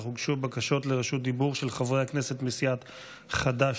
אך הוגשו בקשות לרשות דיבור של חברי הכנסת מסיעת חד"ש-תע"ל.